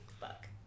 Fuck